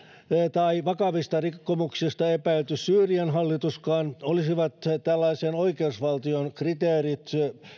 tai vakavista rikkomuksista epäilty syyrian hallituskaan olisivat tällaiseen oikeusvaltion kriteerit